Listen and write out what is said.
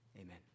Amen